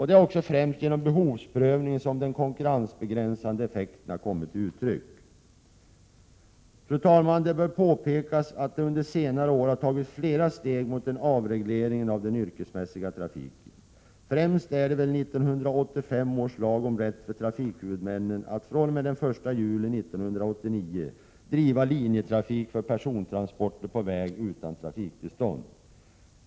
Det är också främst genom behovsprövningen som den konkurrensbegränsande effekten har kommit till uttryck. Fru talman! Det bör påpekas att det under senare år har tagits flera steg mot en avreglering av den yrkesmässiga trafiken. Det viktigaste torde vara den lag från 1985 som ger rätt för trafikhuvudmän att fr.o.m. den 1 juli 1989 driva linjetrafik för persontransporter på väg utan trafiktillstånd.